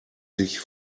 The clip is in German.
sich